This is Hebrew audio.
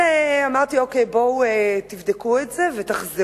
ואז אמרתי: אוקיי, בואו תבדקו את זה ותחזרו.